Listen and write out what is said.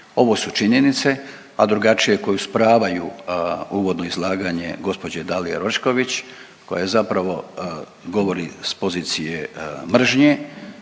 Ovo su činjenice, a drugačije koju spravaju uvodno izlaganje gospođe Dalije Orešković, koja je zapravo govori s pozicije mržnje